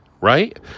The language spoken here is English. right